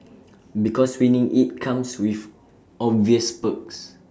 because winning IT comes with obvious perks